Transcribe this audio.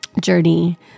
journey